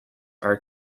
are